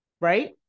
Right